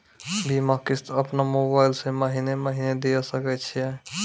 बीमा किस्त अपनो मोबाइल से महीने महीने दिए सकय छियै?